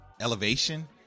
elevation